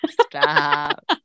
Stop